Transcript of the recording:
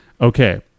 Okay